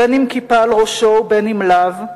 בין שכיפה על ראשו ובין שלאו,